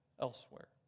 elsewhere